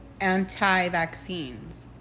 anti-vaccines